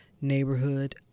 neighborhood